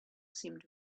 seemed